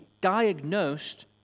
diagnosed